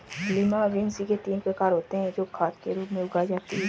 lima beans के तीन प्रकार होते हे जो खाद के रूप में उगाई जाती हें